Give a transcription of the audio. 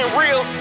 real